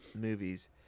movies